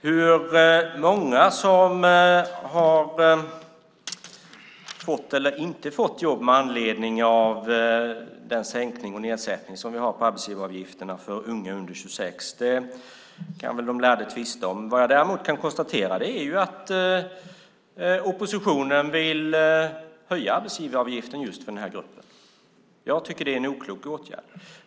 Hur många som har fått eller inte fått jobb med anledning av den sänkning och nedsättning som vi har på arbetsgivaravgifterna för unga under 26 år kan de lärde tvista om. Vad jag däremot kan konstatera är att oppositionen vill höja arbetsgivaravgiften för den gruppen. Jag tycker att det är en oklok åtgärd.